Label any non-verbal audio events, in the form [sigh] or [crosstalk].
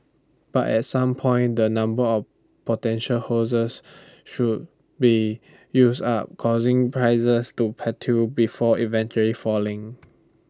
but at some point the number of potential [unintelligible] should be use up causing prices to plateau before eventually falling